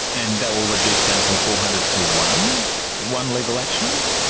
and that will reduce down from four hundred to one one legal action?